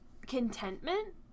contentment